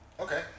okay